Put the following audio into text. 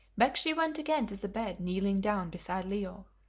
back she went again to the bed, kneeling down beside leo,